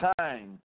time